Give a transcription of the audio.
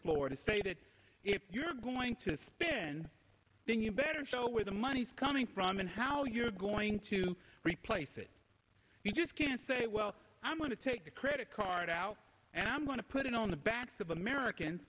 stated if you're going to spend then you better show where the money's coming from and how you're going to replace it you just can't say well i'm going to take the credit card out and i'm going to put it on the backs of american